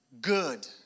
good